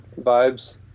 vibes